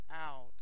out